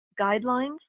guidelines